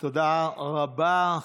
תודה רבה.